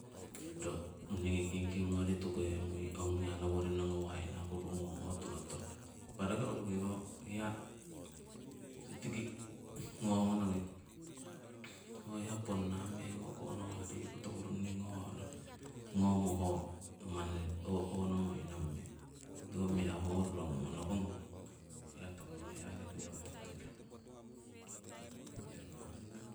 . Niigii kingking gnori tuhemiu ong hia noworino gnawah inakuru gnong ho turotong impah rokiroruki ho hia tiki gno gonognii ho hai poonameng okonawah riku toku runii gnooh nong gnoomo mani oko ongomoinong meng tiko mirahu ho rorognumo noko nong hia toku noi hoyo ho hai inakunong mirahu meng